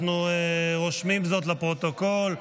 אנחנו רושמים זאת לפרוטוקול.